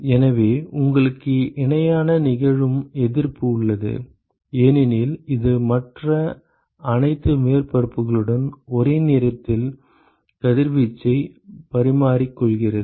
எனவே உங்களுக்கு இணையாக நிகழும் எதிர்ப்பு உள்ளது ஏனெனில் இது மற்ற அனைத்து மேற்பரப்புகளுடன் ஒரே நேரத்தில் கதிர்வீச்சைப் பரிமாறிக் கொள்கிறது